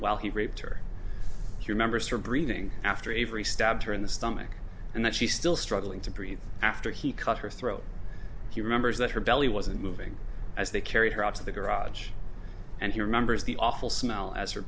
while he raped her your members are breathing after avery stabbed her in the stomach and that she still struggling to breathe after he cut her throat he remembers that her belly wasn't moving as they carried her out to the garage and he remembers the awful smell as her